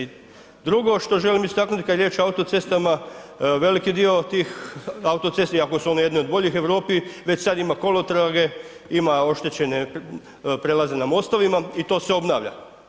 I drugo što želim istaknuti kada je riječ o autocestama, veliki dio tih autocesta iako su one jedne od boljih u Europi već sada ima kolotrage, ima oštećene prijelaze na mostovima i to se obnavlja.